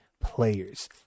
players